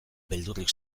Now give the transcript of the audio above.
beldurrik